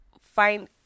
find